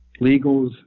legals